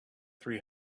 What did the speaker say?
three